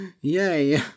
Yay